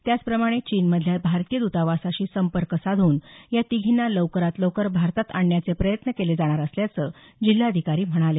त्याचप्रमाणे चीनमधल्या भारतीय दतावासाशी संपर्क साधून या तिघींना लवकरात लवकर भारतात आणण्याचे प्रयत्न केले जाणार असल्याचं जिल्ह्याधिकारी म्हणाले